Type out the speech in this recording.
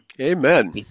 Amen